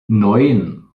neun